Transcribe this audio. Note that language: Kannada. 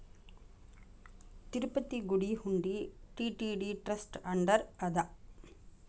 ತಿರುಪತಿ ಗುಡಿ ಹುಂಡಿ ಟಿ.ಟಿ.ಡಿ ಟ್ರಸ್ಟ್ ಅಂಡರ್ ಅದ